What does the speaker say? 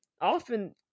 Often